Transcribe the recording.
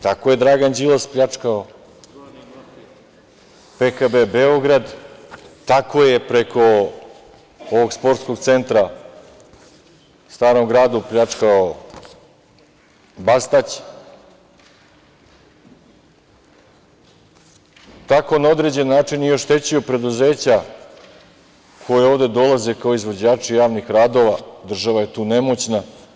Tako je Dragan Đilas pljačkao PKB Beograd, tako je preko ovog sportskog centra na Starom Gradu pljačkao Bastać, tako na određen način i oštećuju preduzeća koja ovde dolaze kao izvođači javnih radova, država je tu nemoćna.